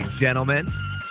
gentlemen